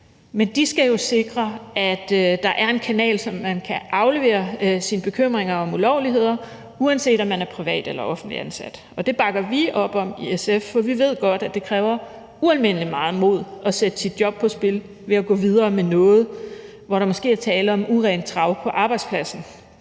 Men de skal jo sikre, at der er en kanal, så man kan aflevere sine bekymringer om ulovligheder, uanset om man er privat eller offentligt ansat. Det bakker vi op om i SF, for vi ved godt, at det kræver ualmindelig meget mod at sætte sit job på spil ved at gå videre med noget, hvor der måske er tale om urent trav på arbejdspladsen.